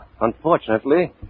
Unfortunately